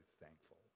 thankful